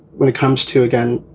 when it comes to, again,